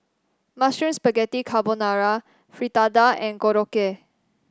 Mushroom Spaghetti Carbonara Fritada and Korokke